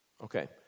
Okay